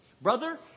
Brother